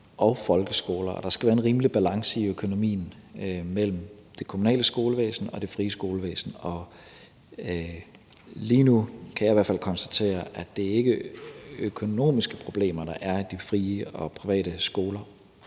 og folkeskoler, og der skal være en rimelig balance i økonomien mellem det kommunale skolevæsen og det frie skolevæsen. Og lige nu kan jeg i hvert fald konstatere, at det ikke er økonomiske problemer, der er i de frie og private skoler,